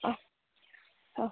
অঁ অঁ